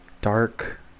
dark